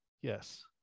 yes